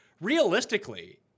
realistically